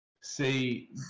see